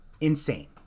insane